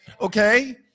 Okay